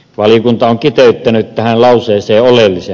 valiokunta on kiteyttänyt tähän lauseeseen oleellisen